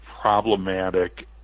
problematic